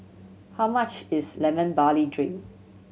how much is Lemon Barley Drink